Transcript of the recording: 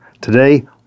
Today